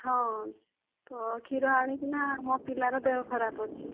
ହଁ ତ କ୍ଷୀର ଆଣିକିନା ମୋ ପିଲାର ଦେହ ଖରାପ ହୋଇଛି